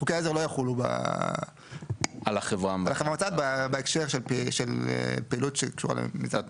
חוקי עזר לא יחולו במועצה בהקשר של פעילות שקשורה למיזם.